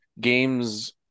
games